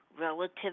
relative